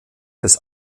des